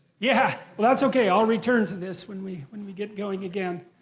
yeah, well that's okay. i'll return to this when we when we get going again.